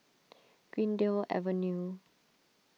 Greendale Avenue